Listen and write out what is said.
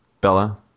bella